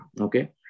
Okay